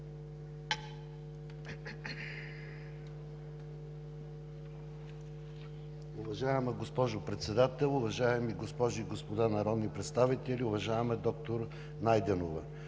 Уважаема госпожо Председател, уважаеми госпожи и господа народни представители! Уважаема доктор Найденова,